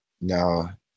now